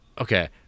okay